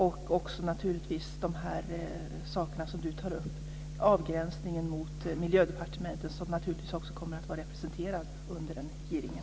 Det gäller även de saker som Lars Elinderson tar upp, dvs. avgränsningen mot Miljödepartementet som naturligtvis också kommer att vara representerat vid hearingen.